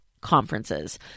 conferences